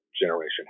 generation